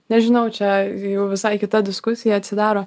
nežinau čia jau visai kita diskusija atsidaro